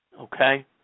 Okay